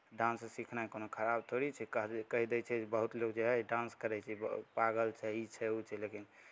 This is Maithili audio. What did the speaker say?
डान्स सिखनाइ कोनो खराब थोड़े छै कह कहि दै छै बहुत लोक जे हइ हइ डान्स करै छै पागल छै ई छै ओ छै लेकिन